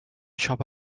siop